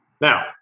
Now